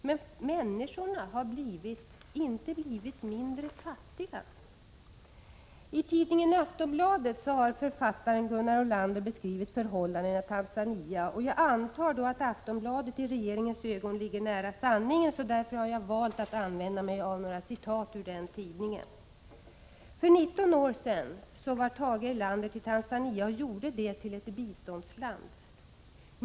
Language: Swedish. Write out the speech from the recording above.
Men människorna har inte blivit mindre fattiga! I tidningen Aftonbladet har Gunnar Ohrlander beskrivit förhållandena i Tanzania. Jag antar att Aftonbladet i regeringens ögon ligger nära sanningen. Därför har jag valt att återge några citat från den tidningen. För 19 år sedan bar Tage Erlander i Tanzania och gjorde det landet till ett biståndsland.